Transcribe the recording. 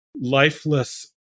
lifeless